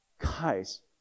guys